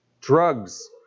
drugs